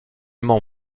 m’en